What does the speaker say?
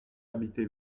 habitez